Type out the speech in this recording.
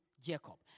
Jacob